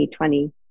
2020